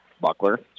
Buckler